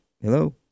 Hello